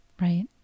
right